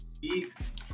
Peace